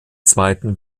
zweiten